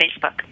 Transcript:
Facebook